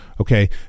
Okay